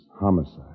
Homicide